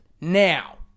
Now